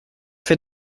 fait